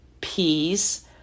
peace